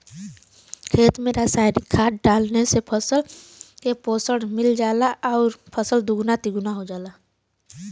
खेत में रासायनिक खाद डालले से फसल के पोषण मिल जाला आउर फसल दुगुना तिगुना हो जाला